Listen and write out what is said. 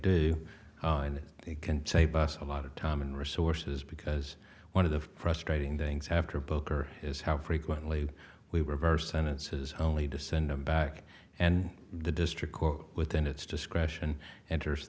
do and it can save us a lot of time and resources because one of the frustrating things after bowker is how frequently we reversed sentences only to send them back and the district court within its discretion enters